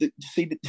see